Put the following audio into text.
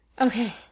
Okay